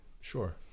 Sure